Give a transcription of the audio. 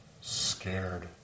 scared